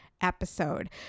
episode